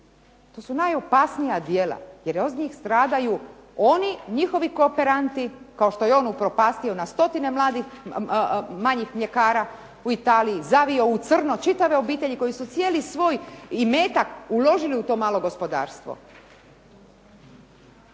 To su najopasnija djela, jer od njih stradaju oni njihovi kooperanti, kao što je on upropastio stotine malih mljekara u Italiji, zavio u crno čitave obitelji koji su čitavi svoj imetak uložili u to malo gospodarstvo.